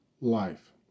life